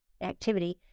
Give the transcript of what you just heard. activity